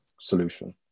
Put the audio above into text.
solution